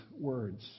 words